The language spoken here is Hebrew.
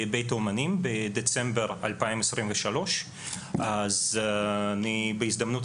בבית האומנים בדצמבר 2023. אז בהזדמנות